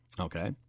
Okay